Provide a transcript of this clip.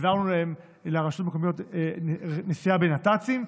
והעברנו לרשויות המקומיות את הנסיעה בנת"צים.